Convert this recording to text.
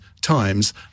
times